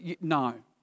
no